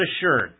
assured